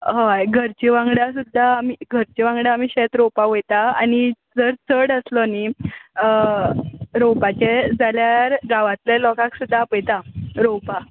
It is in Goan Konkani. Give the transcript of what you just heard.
हय घरचे वांगडा सुद्दां आमी घरचे वांगडा आमी शेत रोवपा वयता आनी जर चड आसलो न्हय रोवपाचें जाल्यार गांवातले लोकाक सुद्दां आपयता रोवपाक